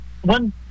One